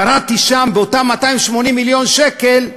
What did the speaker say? קראתי שם, באותם 280 מיליון שקל,